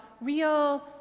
real